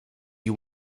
you